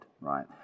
right